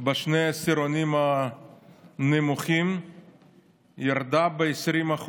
בשני העשירונים הנמוכים ירדה ב-20%.